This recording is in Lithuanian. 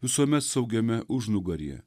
visuomet saugiame užnugaryje